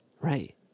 Right